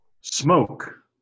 Smoke